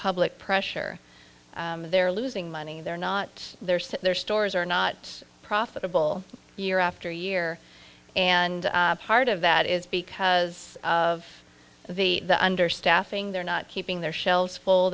public pressure they're losing money they're not there so their stores are not profitable year after year and part of that is because of the understaffing they're not keeping their shelves full